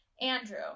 Andrew